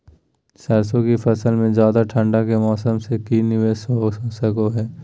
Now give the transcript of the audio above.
सरसों की फसल में ज्यादा ठंड के मौसम से की निवेस हो सको हय?